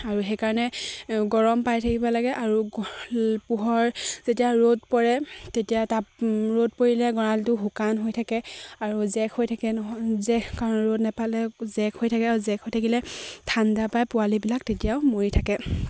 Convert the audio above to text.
আৰু সেইকাৰণে গৰম পাই থাকিব লাগে আৰু পোহৰ যেতিয়া ৰ'দ পৰে তেতিয়া তাপ ৰ'দ পৰিলে গঁড়ালটো শুকান হৈ থাকে আৰু জেক হৈ থাকে নহয় জেক কাৰণ ৰ'দ নেপালে জেক হৈ থাকে আৰু জেক হৈ থাকিলে ঠাণ্ডা পায় পোৱালিবিলাক তেতিয়াও মৰি থাকে